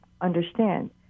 understand